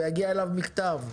יגיע אליו מכתב.